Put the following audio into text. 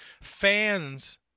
fans